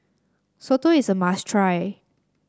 Soto is a must try